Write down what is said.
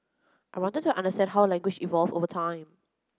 I wanted to understand how language evolved over time